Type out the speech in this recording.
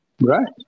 Right